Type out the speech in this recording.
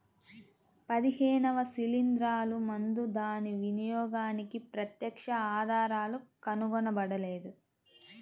పదిహేనవ శిలీంద్రాలు ముందు దాని వినియోగానికి ప్రత్యక్ష ఆధారాలు కనుగొనబడలేదు